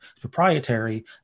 proprietary